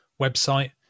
website